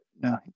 no